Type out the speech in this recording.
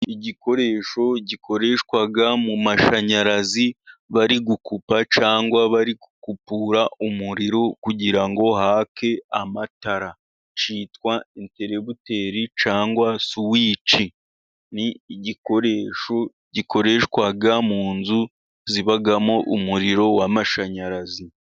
Igikoresho gikoreshwa mu mumashanyarazi, bari gukupa cyangwa bari gukupura umuriro, kugira ngo hake amatara. Cyitwa enterebuteri cyangwa suwici, ni igikoresho gikoreshwa mu nzu zibamo umuriro w'amashanyarazi.